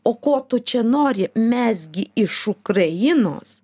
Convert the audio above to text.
o ko tu čia nori mes gi iš ukrainos